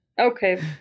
Okay